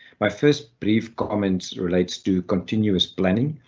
my first brief comments relates to continuous planning.